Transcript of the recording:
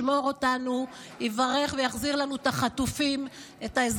יש לנו עם נפלא ומופלא, פשוט כך.